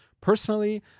Personally